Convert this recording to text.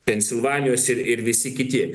pensilvanijos ir ir visi kiti